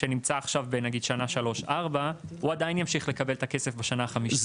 שנמצא עכשיו נגיד בשנה 3-4 הוא עדין ימשיך לקבל את הכסף בשנה החמישית.